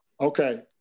Okay